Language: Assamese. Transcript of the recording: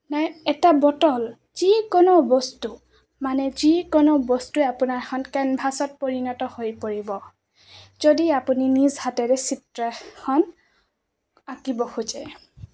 নাই এটা বটল যিকোনো বস্তু মানে যিকোনো বস্তুৱে আপোনাৰ এখন কেনভাছত পৰিণত হৈ পৰিব যদি আপুনি নিজ হাতেৰে চিত্ৰখন আঁকিব খোজে